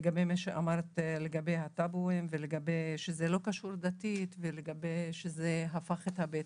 לגבי מה שאמרת על הטאבואים ושזה לא קשור דתית ושזה הפך את הבטן.